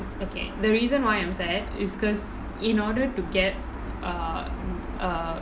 okay the reason why I'm sad is because in order to get err err